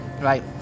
right